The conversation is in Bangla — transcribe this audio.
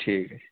ঠিক আছে